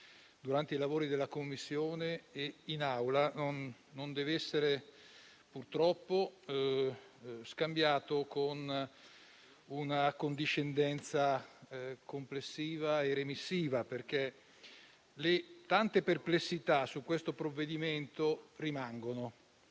durante i lavori della Commissione e dell'Assemblea non deve essere scambiato con una condiscendenza complessiva e remissiva, perché le tante perplessità sul provvedimento in